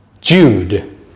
Jude